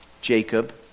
Jacob